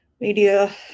Media